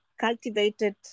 cultivated